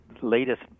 latest